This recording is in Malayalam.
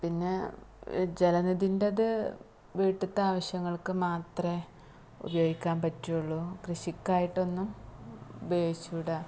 പിന്നെ ജലനിധിൻ്റേത് വീട്ടിലത്തെ ആവശ്യങ്ങള്ക്ക് മാത്രമേ ഉപയോഗിക്കാന് പറ്റുള്ളൂ കൃഷിക്കായിട്ടൊന്നും ഉപയോഗിച്ചു കൂട